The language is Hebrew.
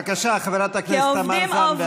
בבקשה, חברת הכנסת תמר זנדברג.